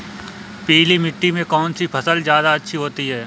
पीली मिट्टी में कौन सी फसल ज्यादा अच्छी होती है?